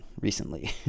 recently